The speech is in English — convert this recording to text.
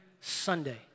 Sunday